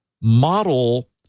model